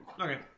Okay